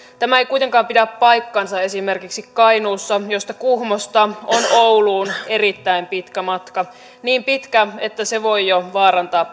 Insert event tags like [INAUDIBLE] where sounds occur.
tämä ei kuitenkaan pidä paikkaansa esimerkiksi kainuussa missä kuhmosta on ouluun erittäin pitkä matka niin pitkä että se voi jo vaarantaa [UNINTELLIGIBLE]